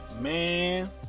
Man